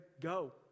go